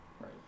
right